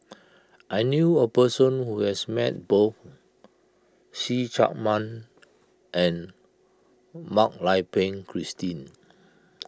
I knew a person who has met both See Chak Mun and Mak Lai Peng Christine